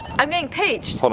i'm being paged.